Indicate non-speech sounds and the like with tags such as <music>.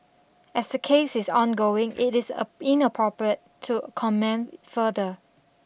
as the case is ongoing it is <noise> inappropriate to comment further